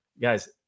Guys